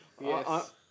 Yes